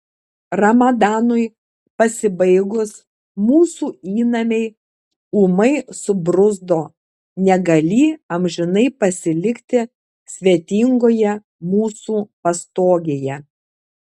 ramadanui pasibaigus mūsų įnamiai ūmai subruzdo negalį amžinai pasilikti svetingoje mūsų pastogėje